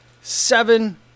seven